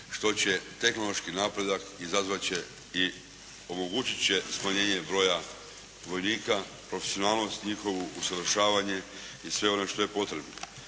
što će izazvati i omogućit će smanjenje broja vojnika, profesionalnost njihovu, usavršavanje i sve ono što je potrebno.